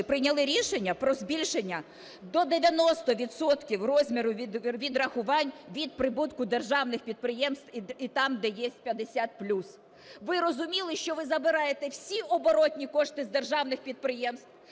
прийняли рішення про збільшення до 90 відсотків розміру відрахувань від прибутку державних підприємств і там, де є 50 плюс. Ви розуміли, що ви забираєте всі оборотні кошти з державних підприємств,